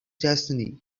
destiny